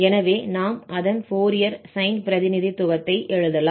எனவே நாம் அதன் ஃபோரியர் சைன் பிரதிநிதித்துவத்தை எழுதலாம்